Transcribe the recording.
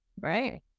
right